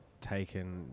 taken